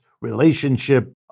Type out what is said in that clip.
relationship